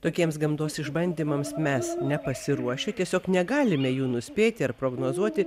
tokiems gamtos išbandymams mes nepasiruošę tiesiog negalime jų nuspėti ar prognozuoti